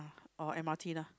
or M_R_T lah